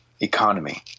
economy